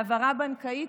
בהעברה בנקאית,